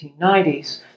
1990s